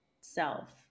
self